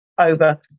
over